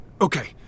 okay